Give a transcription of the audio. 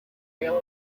tale